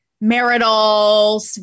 marital